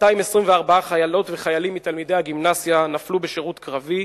224 חיילות וחיילים מתלמידי הגימנסיה נפלו בשירות קרבי,